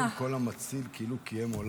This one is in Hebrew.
למה אמרו: כל המציל כאילו קיים עולם.